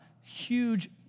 huge